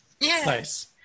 Nice